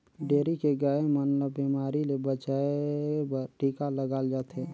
dairy के गाय मन ल बेमारी ले बचाये बर टिका लगाल जाथे